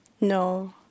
No